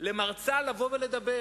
למרצה לבוא לדבר.